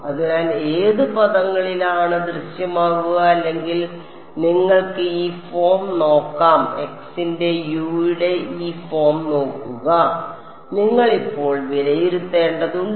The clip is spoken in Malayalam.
അതിനാൽ ഏത് പദങ്ങളിലാണ് ദൃശ്യമാകുക അല്ലെങ്കിൽ നിങ്ങൾക്ക് ഈ ഫോം നോക്കാം x ന്റെ U യുടെ ഈ ഫോം നോക്കുക നിങ്ങൾ ഇപ്പോൾ വിലയിരുത്തേണ്ടതുണ്ട്